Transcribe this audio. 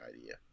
idea